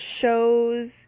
shows